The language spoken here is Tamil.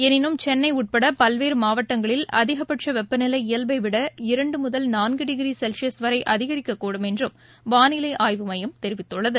எனினும் சென்னைப்படபல்வேறுமாவட்டங்களில் அதிகபட்சவெப்பநிலை இயல்பவிட இரண்டுமுதல் நான்குடிகிரிசெல்லியஸ் வரைஅதிகரிக்கக்கூடும் என்றும் வாளிலைஆய்வு மையம் தெரிவித்துள்ளது